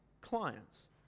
clients